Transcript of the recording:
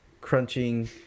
crunching